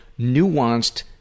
nuanced